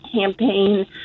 campaign